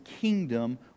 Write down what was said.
kingdom